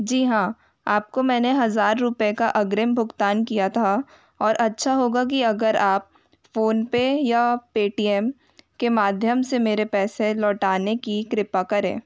जी हाँ आपको मैंने हजार रूपए का अग्रिम भुगतान किया था और अच्छा होगा कि अगर आप फोन पे या पेटीएम के माध्यम से मेरे पैसे लौटाने की कृपा करें